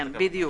כן, בדיוק.